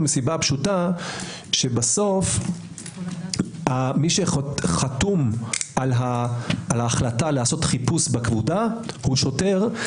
כי בסוף מי שחתום על ההחלטה לעשות חיפוש בכבודה הוא שוטר,